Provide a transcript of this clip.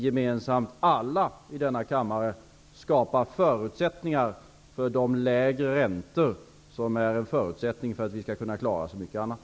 Sedan skall vi alla i denna kammare gemensamt skapa förutsättningar för de lägre räntor som i sin tur är en förutsättning för att vi skall kunna klara mycket annat.